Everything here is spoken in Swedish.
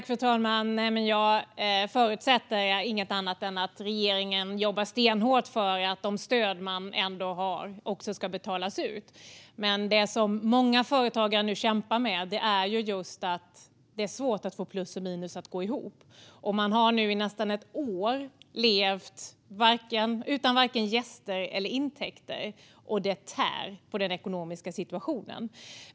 Fru talman! Jag förutsätter att regeringen jobbar stenhårt för att de stöd man har rätt till också ska betalas ut. Men det många företagare nu kämpar med är att det är svårt att få plus och minus att gå ihop. Man har nu i nästan ett år levt utan vare sig gäster eller intäkter, och det tär på den ekonomiska situationen.